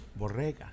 Borrega